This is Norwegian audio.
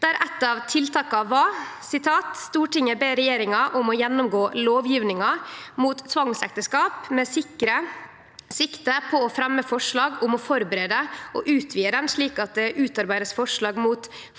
der eitt av tiltaka var: «Stortinget ber regjeringen om å gjennomgå lovgivningen mot tvangsekteskap med sikte på å fremme forslag om å forbedre og utvide den slik at (…) det utarbeides forslag til